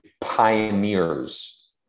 pioneers